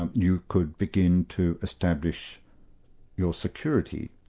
um you could begin to establish your security,